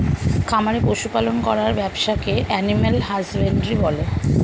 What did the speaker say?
খামারে পশু পালন করার ব্যবসাকে অ্যানিমাল হাজবেন্ড্রী বলা হয়